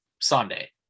Sunday